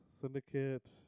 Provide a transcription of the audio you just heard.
Syndicate